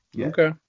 Okay